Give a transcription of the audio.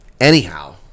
Anyhow